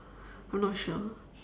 I'm not sure